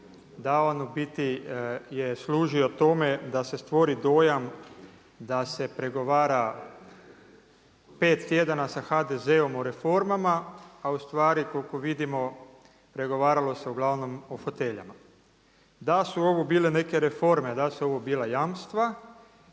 da on u biti je služio tome da se stvori dojam da se pregovara pet tjedana sa HDZ-om o reformama a u stvari koliko vidimo pregovaralo se uglavnom o foteljama. Da li su ovo bile neke reforme, da li su ovo bila jamstva